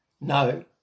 no